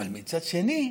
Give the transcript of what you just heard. אבל מצד שני,